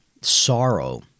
sorrow